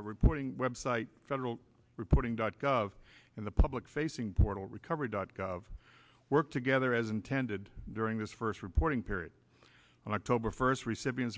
reporting website federal reporting dot gov in the public facing portal recovery dot gov work together as intended during this first reporting period and october first recipients